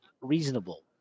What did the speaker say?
reasonable